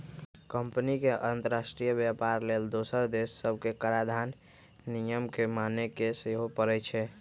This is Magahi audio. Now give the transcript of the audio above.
कंपनी के अंतरराष्ट्रीय व्यापार लेल दोसर देश सभके कराधान नियम के माने के सेहो परै छै